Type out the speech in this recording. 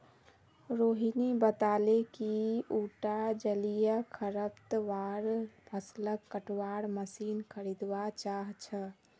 रोहिणी बताले कि उटा जलीय खरपतवार फ़सलक कटवार मशीन खरीदवा चाह छ